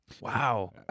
wow